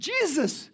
Jesus